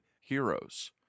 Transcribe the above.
HEROES